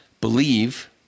believe